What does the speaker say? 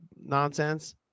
nonsense